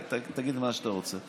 תגיד מה שאתה רוצה.